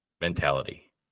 mentality